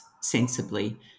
sensibly